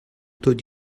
tot